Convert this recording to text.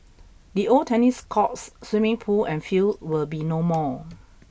the old tennis courts swimming pool and field will be no more